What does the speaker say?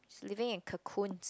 she living in cocoons